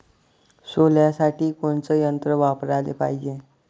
सोल्यासाठी कोनचं यंत्र वापराले पायजे?